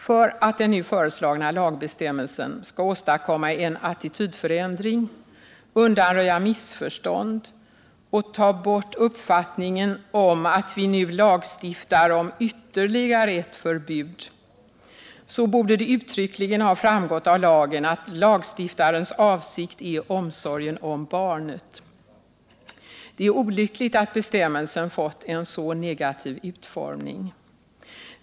För att den nu föreslagna lagbestämmelsen skall kunna åstadkomma en attitydförändring, undanröja missförstånd och ta bort uppfattningen att vi nu lagstiftar om ytterligare ett förbud, borde det uttryckligen ha framgått av lagen att lagstiftarens avsikt är att slå vakt om omsorgen om barnet. Det är olyckligt att bestämmelsen fått en så negativ utformning.